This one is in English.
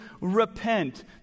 repent